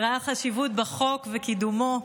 שראה חשיבות בחוק ובקידומו,